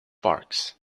parks